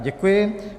Děkuji.